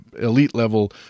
elite-level